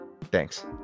Thanks